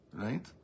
right